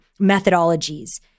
methodologies